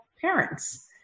parents